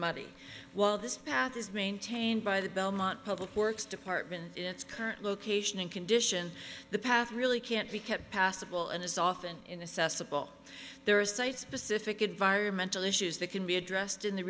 muddy while this path is maintained by the belmont public works department in its current location and condition the path really can't be kept passable and is often in assessable there are sites specific environmental issues that can be addressed in the